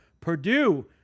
Purdue